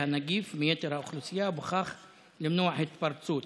הנגיף מיתר האוכלוסייה ובכך למנוע התפרצות.